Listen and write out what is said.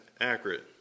accurate